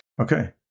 Okay